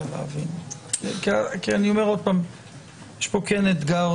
יש פה אתגר